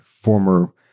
former